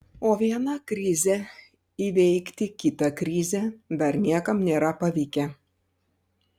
o viena krize įveikti kitą krizę dar niekam nėra pavykę